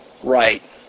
Right